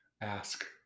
ask